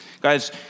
Guys